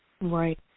Right